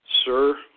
Sir